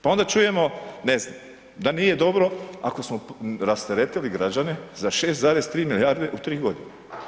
Pa onda čujemo, ne znam da nije dobro ako smo rasteretili građane za 6,3 milijarde u tri godine.